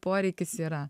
poreikis yra